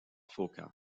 phocas